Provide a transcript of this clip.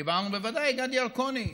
דיברנו ודאי עם גדי ירקוני,